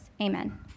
Amen